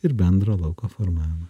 ir bendro lauko formavimą